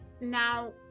Now